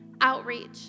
outreach